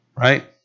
Right